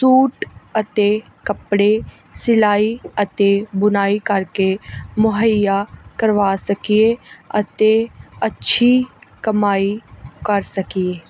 suit ਅਤੇ ਕੱਪੜੇ ਸਿਲਾਈ ਅਤੇ ਬੁਣਾਈ ਕਰਕੇ ਮੁਹੱਈਆ ਕਰਵਾ ਸਕੀਏ ਅਤੇ ਅੱਛੀ ਕਮਾਈ ਕਰ ਸਕੀਏ